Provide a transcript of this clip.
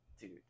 Dude